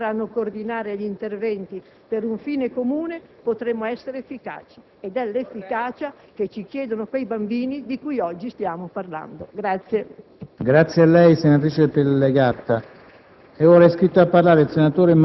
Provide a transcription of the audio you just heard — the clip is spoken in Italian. Solo se le diverse istituzioni sapranno coordinare gli interventi per un fine comune potremo essere efficaci, ed è l'efficacia che ci chiedono quei bambini di cui oggi stiamo parlando.